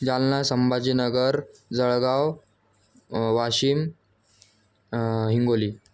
Jalna Sambhajinagar Jalgaon Washim Hingoli